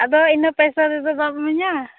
ᱟᱫᱚ ᱤᱱᱟᱹ ᱯᱚᱭᱥᱟ ᱛᱮᱫᱚ ᱵᱟᱢ ᱤᱢᱟᱹᱧᱟ